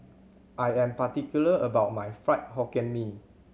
I am particular about my Fried Hokkien Mee